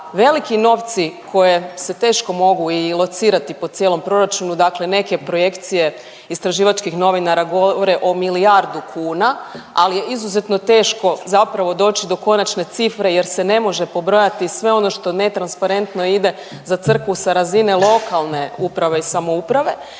veliki novci koje se teško mogu i locirati po cijelom proračunu dakle neke projekcije istraživačkih novinara govore o milijardu kuna, ali je izuzetno teško zapravo doći do konačne cifre jer se ne može pobrojati sve ono što netransparentno ide za Crkvu sa razine lokalne uprave i samouprave,